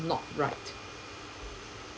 not right